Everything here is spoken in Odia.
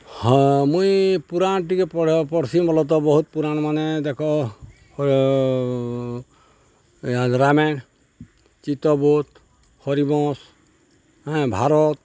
ହଁ ମୁଇଁ ପୁରାଣ୍ ଟିକେ ପ ପଢ଼୍ସିଁ ବଲ ତ ବହୁତ୍ ପୁରାଣ୍ମାନେ ଦେଖ ରାମାୟଣ ଚିତବୋଧ ହରିିବଂଶ ହେଁ ଭାରତ